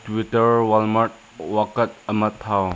Twitter Walmart ꯋꯥꯀꯠ ꯑꯃ ꯊꯥꯎ